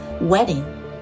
wedding